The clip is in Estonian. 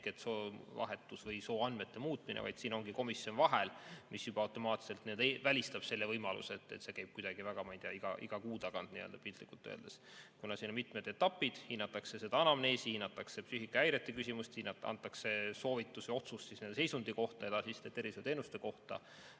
ehk soovahetus või sooandmete muutmine, vaid siin on komisjon vahel, mis juba automaatselt välistab selle võimaluse, et see käib kuidagi, ma ei tea, iga kuu tagant, piltlikult öeldes. Siin on mitmed etapid, hinnatakse anamneesi, hinnatakse psüühikahäirete küsimust, antakse soovitus ja otsus seisundi kohta, edasiste tervishoiuteenuste kohta